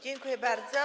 Dziękuję bardzo.